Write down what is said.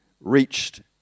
reached